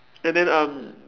and then um